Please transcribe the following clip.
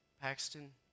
Paxton